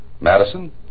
Madison